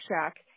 Shack